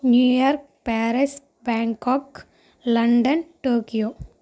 New York Paris Bangkok London Tokyo